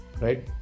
right